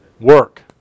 work